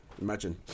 imagine